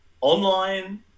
online